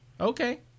Okay